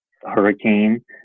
hurricane